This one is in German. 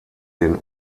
den